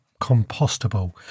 compostable